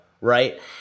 Right